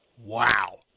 Wow